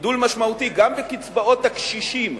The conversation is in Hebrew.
גידול משמעותי גם בקצבאות הקשישים,